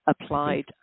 applied